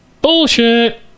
bullshit